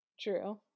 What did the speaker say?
True